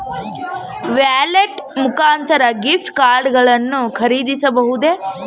Wallet ಮುಖಾಂತರ gift card ಗಳನ್ನು ಖರೀದಿಸಬಹುದೇ?